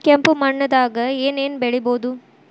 ಕೆಂಪು ಮಣ್ಣದಾಗ ಏನ್ ಏನ್ ಬೆಳಿಬೊದು?